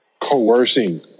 coercing